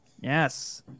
Yes